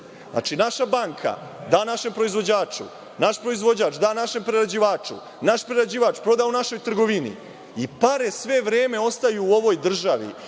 države. Naša banka da našem proizvođaču, naš proizvođač da našem prerađivaču, naš prerađivač proda u našoj trgovini i pare sve vreme ostaju u ovoj državi,